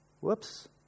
Whoops